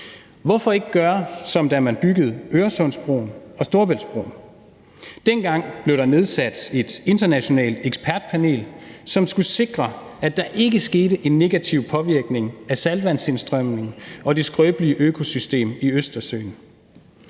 Hvorfor ikke gøre, som da man byggede Øresundsbroen og Storebæltsbroen? Dengang blev der nedsat et internationalt ekspertpanel, som skulle sikre, at der ikke skete en negativ påvirkning af saltvandsindstrømningen og det skrøbelige økosystem i Østersøen.